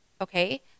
okay